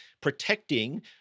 protecting